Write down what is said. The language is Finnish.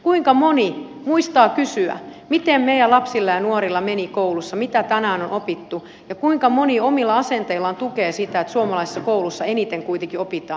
kuinka moni muistaa kysyä miten meidän lapsilla ja nuorilla meni koulussa mitä tänään on opittu ja kuinka moni omilla asenteillaan tukee sitä että kuitenkin suomalaisissa kouluissa eniten opitaan